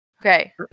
Okay